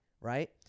right